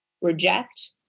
reject